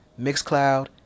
MixCloud